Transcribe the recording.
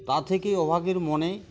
তা থেকেই অভাগীর মনে